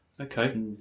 Okay